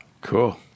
Cool